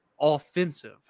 offensive